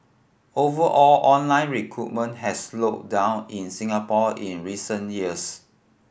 over all online recruitment has slowed down in Singapore in recent years